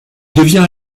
devient